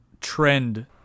trend